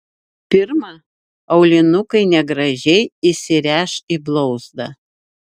pirma aulinukai negražiai įsiręš į blauzdą